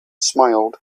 smiled